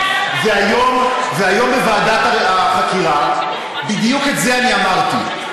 והיום בוועדת החקירה, בדיוק את זה אני אמרתי.